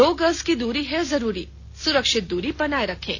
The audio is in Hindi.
दो गज की दूरी है जरूरी सुरक्षित दूरी बनाए रखें